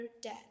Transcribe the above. dead